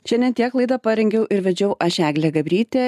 šiandien tiek laidą parengiau ir vedžiau aš eglė gabrytė į